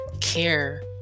care